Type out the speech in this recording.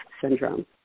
Syndrome